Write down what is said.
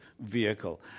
vehicle